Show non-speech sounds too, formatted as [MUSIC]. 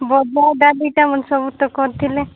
[UNINTELLIGIBLE] ସବୁ ତ କରିଥିଲେ